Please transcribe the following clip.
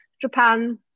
Japan